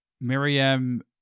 Miriam